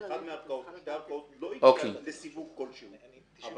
שתי הערכאות לא הגיע לסיווג כלשהו אבל